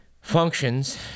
functions